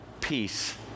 peace